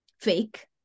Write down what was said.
fake